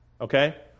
okay